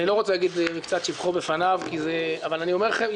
אני לא רוצה להגיד מקצת שבחו בפניו אבל אני אומר לכם,